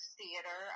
theater